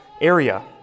area